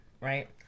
right